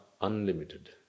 unlimited